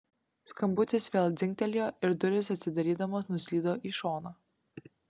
skambutis vėl dzingtelėjo ir durys atsidarydamos nuslydo į šoną